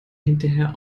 hinterher